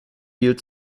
viel